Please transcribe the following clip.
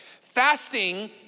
Fasting